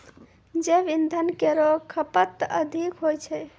जैव इंधन केरो खपत अधिक होय छै